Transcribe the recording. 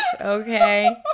okay